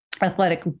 Athletic